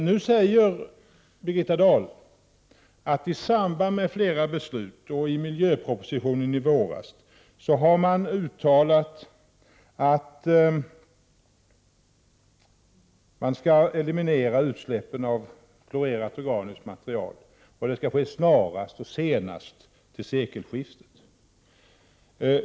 Nu säger Birgitta Dahl att i samband med flera beslut och i miljöpropositionen i våras har man uttalat att utsläppen av klorerat organiskt material skall elimineras och att det skall ske snarast och senast till sekelskiftet.